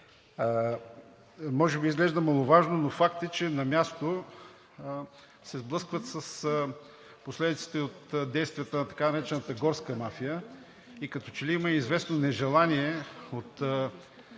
Може би изглежда маловажно, но факт е, че на място се сблъскват с последиците от действията на така наречената горска мафия, и като че ли има известно нежелание от